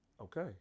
Okay